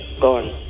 gone